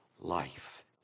life